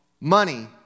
money